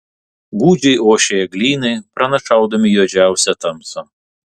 gūdžiai ošė eglynai pranašaudami juodžiausią tamsą